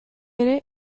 ere